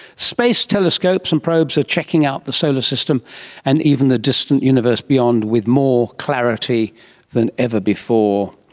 space telescopes and probes are checking out the solar system and even the distant universe beyond with more clarity than ever before.